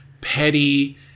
petty